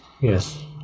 Yes